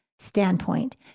standpoint